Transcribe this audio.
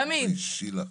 תתביישי לך.